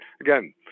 again